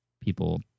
people